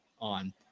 on